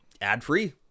Ad-free